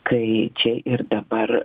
kai čia ir dabar